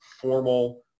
formal